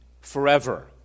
forever